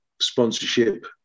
sponsorship